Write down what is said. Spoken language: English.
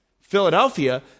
Philadelphia